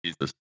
Jesus